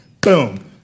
boom